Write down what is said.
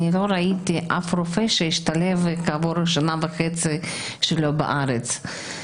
אני לא ראיתי אף רופא שהשתלב כעבור שנה וחצי שלו בארץ.